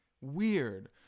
Weird